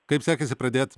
kaip sekėsi pradėt